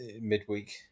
midweek